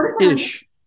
ish